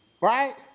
Right